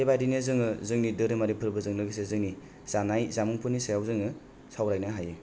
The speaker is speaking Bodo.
बेबायदिनो जोङो जोंनि धोरोमारि फोरबोजों लोगोसे जोंनि जानाय जामुं फोरनि सायाव जोङो सावरायनो हायो